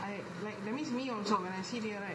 like like that means me also when I sit here right